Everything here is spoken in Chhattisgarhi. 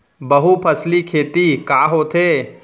बहुफसली खेती का होथे?